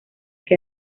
que